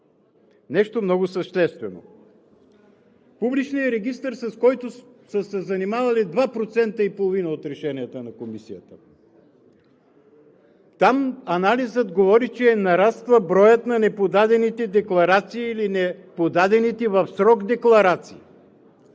Нещо много съществено! Публичният регистър, с който са се занимавали 2% и половина от решенията на Комисията. Там анализът говори, че нараства броят на неподадените декларации или неподадените в срок декларации,